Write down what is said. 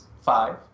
five